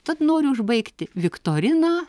tad noriu užbaigti viktoriną